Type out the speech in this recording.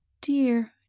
dear